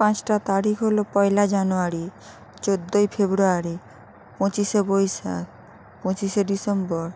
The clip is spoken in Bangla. পাঁচটা তারিখ হলো পয়লা জানুয়ারি চোদ্দোই ফেব্রুয়ারি পঁচিশে বৈশাখ পঁচিশে ডিসেম্বর